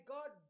God